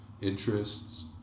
interests